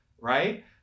right